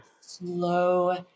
Slow